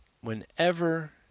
Whenever